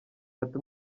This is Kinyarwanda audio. ati